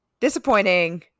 Disappointing